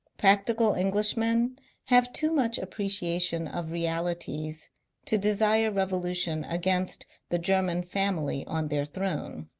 practical englishmen have too much appreciation of realities to desire revolution against the german family on their throne,